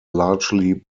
largely